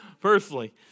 personally